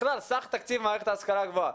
בכלל, סך תקציב מערכת ההשכלה הגבוהה,